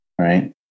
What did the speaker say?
right